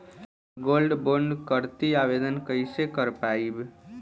हम gold bond करतिं आवेदन कइसे कर पाइब?